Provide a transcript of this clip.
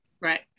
Right